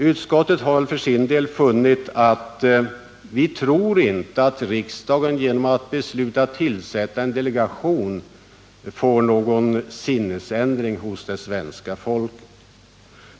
Vi tror inte i utskottet att riksdagen genom att besluta att tillsätta en delegation får till stånd någon sinnesändring hos det svenska folket.